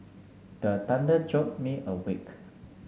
the thunder jolt me awake